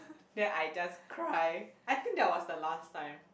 then I just cried I think that was the last time